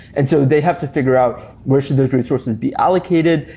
and so they have to figure out which of those resources be allocated.